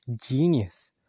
genius